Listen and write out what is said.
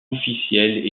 officielle